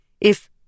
If-